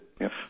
Yes